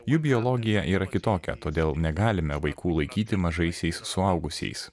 jų biologija yra kitokia todėl negalime vaikų laikyti mažaisiais suaugusiais